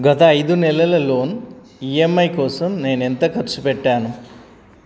గత ఐదు నెలలలో ఈఎంఐ కోసం నేను ఎంత ఖర్చు పెట్టాను